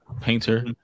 painter